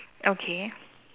okay